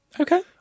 Okay